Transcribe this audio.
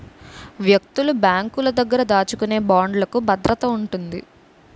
వ్యక్తులు బ్యాంకుల దగ్గర దాచుకునే బాండ్లుకు భద్రత ఉంటుంది